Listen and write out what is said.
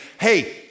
hey